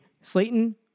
Slayton